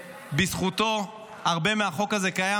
שבזכותו הרבה מהחוק הזה קיים,